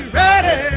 ready